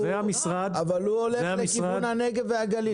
הוא הולך לכיוון הנגב והגליל.